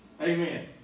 Amen